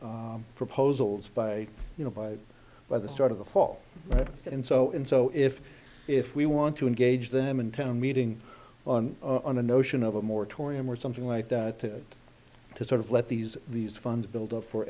proposals by you know by by the start of the fall roberts and so in so if if we want to engage them in town meeting on on the notion of a moratorium or something like that to to sort of let these these funds build up for